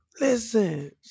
Listen